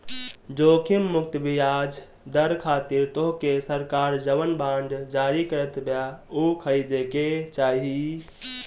जोखिम मुक्त बियाज दर खातिर तोहके सरकार जवन बांड जारी करत बिया उ खरीदे के चाही